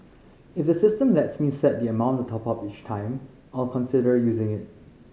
if the system lets me set the amount to top up each time I'll consider using it